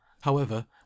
However